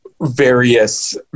various